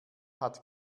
hat